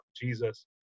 Jesus